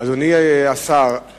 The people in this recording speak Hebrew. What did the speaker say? אדוני השר,